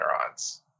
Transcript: neurons